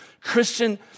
Christian